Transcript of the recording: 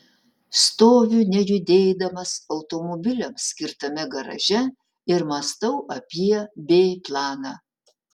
stoviu nejudėdamas automobiliams skirtame garaže ir mąstau apie b planą